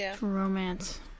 romance